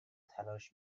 تلاش